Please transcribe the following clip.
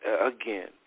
again